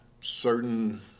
certain